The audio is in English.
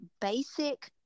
basic